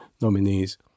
nominees